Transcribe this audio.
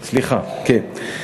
סליחה, כן.